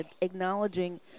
acknowledging